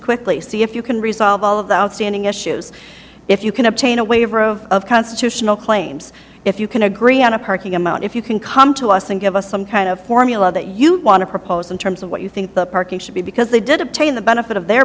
quickly see if you can resolve all of the outstanding issues if you can obtain a waiver of constitutional claims if you can agree on a parking amount if you can come to us and give us some kind of formula that you want to propose in terms of what you think the parking should be because they did obtain the benefit of their